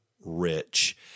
rich